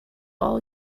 all